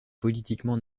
politiquement